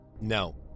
No